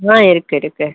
ஆ இருக்குது இருக்குது